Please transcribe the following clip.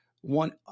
one